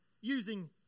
using